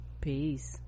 Peace